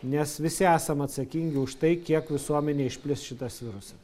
nes visi esam atsakingi už tai kiek visuomenėj išplis šitas virusas